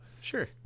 sure